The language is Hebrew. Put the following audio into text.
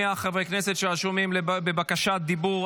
חברי הכנסת שרשומים לבקשת דיבור,